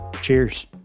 Cheers